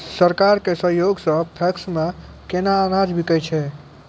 सरकार के सहयोग सऽ पैक्स मे केना अनाज बिकै छै?